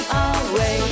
away